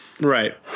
Right